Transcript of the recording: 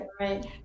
right